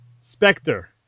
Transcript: Spectre